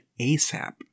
ASAP